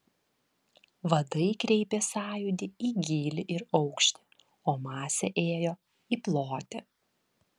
vadai kreipė sąjūdį į gylį ir aukštį o masė ėjo į plotį